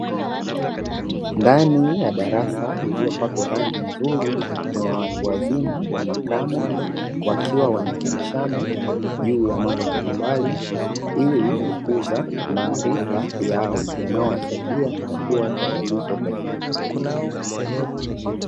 Ndani ya darasa iliyopakwa rangi nzuri kuna watu wazima wa makamo, wakiwa wanaelimishana juu ya mambo mbalimbali, ili kukuza maarifa yao yanayowasaidia kutatua changamoto kwenye jamii.